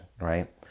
right